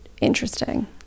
interesting